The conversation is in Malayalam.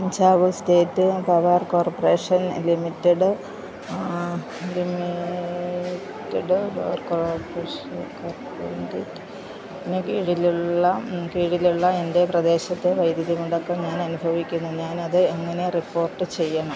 Punjab state power corporation limited limited corporation ലിമിറ്റഡിന് കീഴിലുള്ള കീഴിലുള്ള എൻ്റെ പ്രദേശത്ത് വൈദ്യുതി മുടക്കം ഞാൻ അനുഭവിക്കുന്നു ഞാനത് എങ്ങനെ റിപ്പോർട്ട് ചെയ്യണം